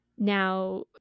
Now